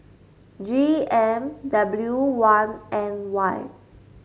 G M W one N Y